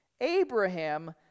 Abraham